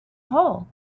hole